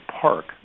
park